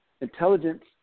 intelligence